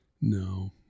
No